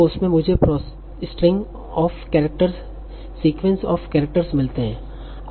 तों उसमे मुझे string of characters sequence of characters मिलते है